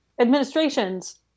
administrations